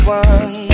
one